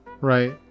right